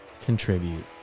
contribute